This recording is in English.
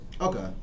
Okay